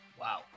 Wow